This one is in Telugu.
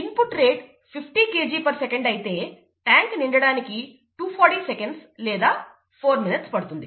ఇన్పుట్ రేట్ 50 Kgsec అయితే ట్యాంకు నిండడానికి 240 సెకండ్లు లేదా 4 నిమిషాలు పడుతుంది